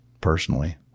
personally